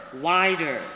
wider